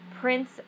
Prince